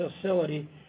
facility